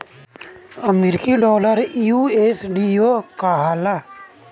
अमरीकी डॉलर यू.एस.डी.ओ कहाला